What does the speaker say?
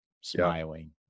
smiling